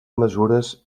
mesures